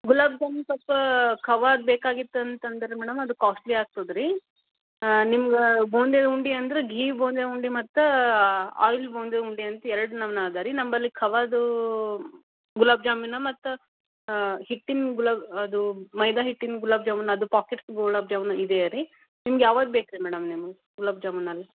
ಗುಲಾಬ್ ಜಾಮೂನು ಸ್ವಲ್ಪ ಖವಾದ್ದು ಬೇಕಾಗಿತ್ತು ಅಂತಂದರೆ ಮೇಡಮ್ ಅದು ಕಾಸ್ಟ್ಲಿ ಆಗ್ತದೆ ರೀ ನಿಮ್ಗೆ ಬೂಂದಿದು ಉಂಡೆ ಅಂದ್ರೆ ಘೀ ಬೂಂದಿ ಉಂಡೆ ಮತ್ತು ಆಯಿಲ್ ಬೂಂದಿ ಉಂಡೆ ಅಂತ ಎರಡು ನಮೂನೆ ಅದ ರೀ ನಮ್ಮಲ್ಲಿ ಕೋವಾದು ಗುಲಾಬ್ ಜಾಮೂನು ಮತ್ತು ಹಿಟ್ಟಿನ ಗುಲಾಬ್ ಅದು ಮೈದಾ ಹಿಟ್ಟಿನ ಗುಲಾಬ್ ಜಾಮೂನು ಅದು ಗುಲಾಬ್ ಜಾಮೂನು ಇದೆ ರೀ ನಿಮ್ಗೆ ಯಾವುದ್ ಬೇಕು ರೀ ಮೇಡಮ್ ನಿಮ್ಗೆ ಗುಲಾಬ್ ಜಾಮೂನಲ್ಲಿ